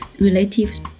relatives